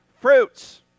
fruits